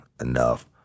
enough